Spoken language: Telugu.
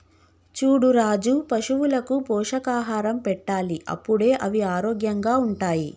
చూడు రాజు పశువులకు పోషకాహారం పెట్టాలి అప్పుడే అవి ఆరోగ్యంగా ఉంటాయి